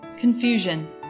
confusion